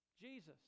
Jesus